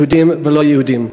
יהודים ולא יהודים.